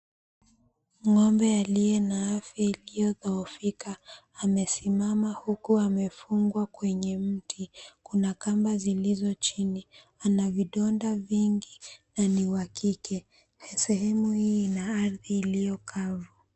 Ng'ombe aliye na afya iliyodhoofika amesimama huku amefungwa kwenye mti. Kuna kamba zilizo chini. Ana vidonda vingi na ni wa kike. Sehemu hii ina ardhi iliyo kavu.